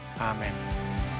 Amen